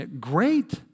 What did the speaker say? great